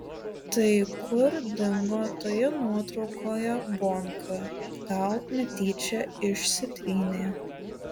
tai kur dingo toje nuotraukoje bonka gal netyčia išsitrynė